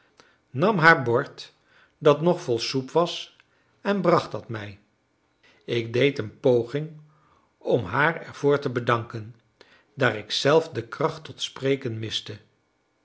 nam haar bord dat nog vol soep was en bracht dat mij ik deed een poging om haar ervoor te bedanken daar ik zelf de kracht tot spreken miste